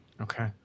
Okay